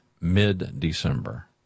mid-December